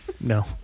No